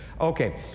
Okay